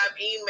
Email